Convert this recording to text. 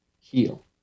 heal